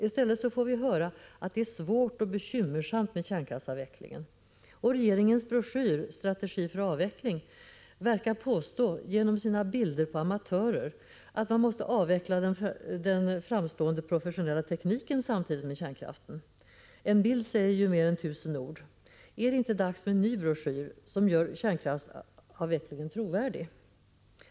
I stället får vi höra att det är svårt och bekymmersamt med kärnkraftsavvecklingen. Regeringens broschyr Strategi för avveckling verkar, genom sina bilder på amatörer som bygger solpaneler, som ett påstående att man måste avveckla den framstående professionella tekniken samtidigt med kärnkraften — en bild säger ju mer än tusen ord. Är det inte dags med en ny broschyr, som gör kärnkraftsavvecklingen trovärdig?